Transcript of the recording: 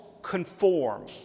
conform